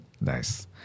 Nice